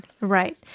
right